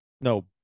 No